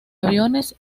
aviones